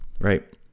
right